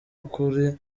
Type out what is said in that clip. ukuri